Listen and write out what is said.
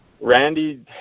Randy